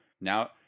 now